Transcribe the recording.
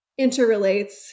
interrelates